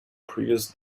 previous